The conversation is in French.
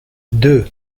deux